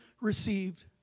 received